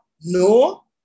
No